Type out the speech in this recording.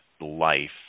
life